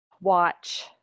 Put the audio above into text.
Watch